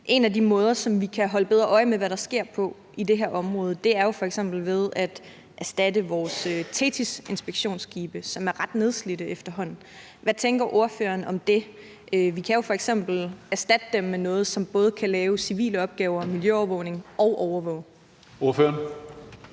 En af de måder, hvorpå vi kan holde bedre øje med, hvad der sker i det her område, er jo f.eks. ved at erstatte vores Thetisinspektionsskibe, som er ret nedslidte efterhånden. Hvad tænker ordføreren om det? Vi kan jo f.eks. erstatte dem med noget, som både kan lave civile opgaver – miljøovervågning – og overvåge farvandet.